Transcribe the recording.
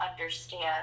understand